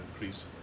increase